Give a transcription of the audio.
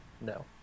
No